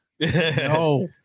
No